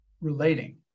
relating